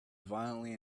violently